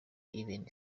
even